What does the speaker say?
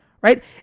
Right